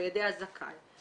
בידי הזכאי.